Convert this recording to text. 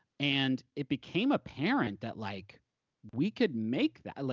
and it became apparent that like we could make that, like,